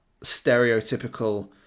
stereotypical